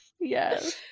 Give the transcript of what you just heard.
Yes